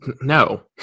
No